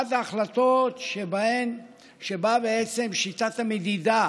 ההחלטה שלפיה בעצם שיטת המדידה